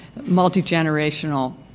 multi-generational